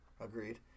Agreed